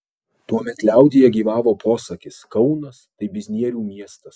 tuomet liaudyje gyvavo posakis kaunas tai biznierių miestas